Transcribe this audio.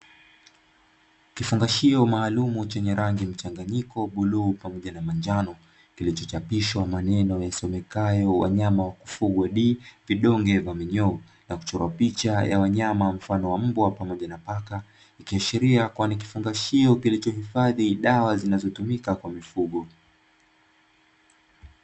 Kifungashio maalumu chenye rangi mchanganyiko bluu pamoja na manjano, kilichochapishwa maneno yasomekayo wanyama wa kufugwa D, vidonge vya minyoo; na kuchorwa picha ya wanyama mfano wa mbwa pamoja na paka. Ikiashiria kuwa ni kifungashio kilichohifadhi dawa zinazotumika kwa mifugo.